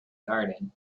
garden